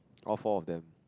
all four of them